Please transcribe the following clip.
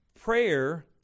prayer